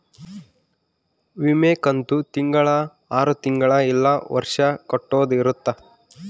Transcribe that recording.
ವಿಮೆ ಕಂತು ತಿಂಗಳ ಆರು ತಿಂಗಳ ಇಲ್ಲ ವರ್ಷ ಕಟ್ಟೋದ ಇರುತ್ತ